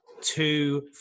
two